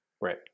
Right